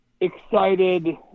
excited